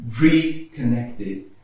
reconnected